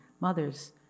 mothers